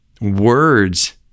words